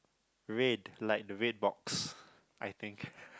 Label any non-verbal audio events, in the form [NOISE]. red like the red box I think [LAUGHS]